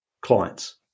clients